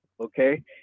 Okay